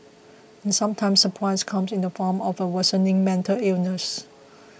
and sometimes price comes in the form of a worsening mental illness